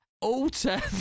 alter